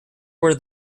were